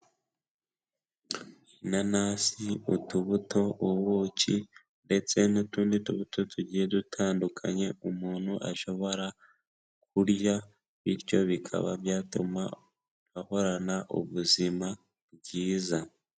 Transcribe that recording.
Inanasi, utubuto, ubuki ndetse n'utundi tubuto tugiye dutandukanye umuntu ashobora kurya, bityo bikaba byatuma ahorana ubuzima bwiza.